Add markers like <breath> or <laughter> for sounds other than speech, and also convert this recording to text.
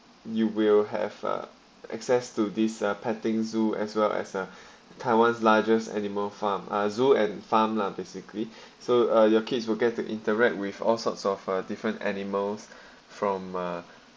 you will have uh access to this uh petting zoo as well as uh <breath> taiwan largest animal farm zoo and farm lah basically <breath> so uh your kids will get to interact with all sorts of uh different animals from uh